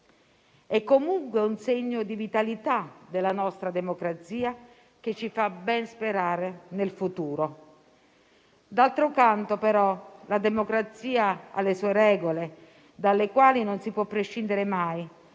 È comunque un segno di vitalità della nostra democrazia che ci fa ben sperare nel futuro. D'altro canto, però, la democrazia ha le sue regole, dalle quali non si può prescindere mai,